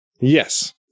yes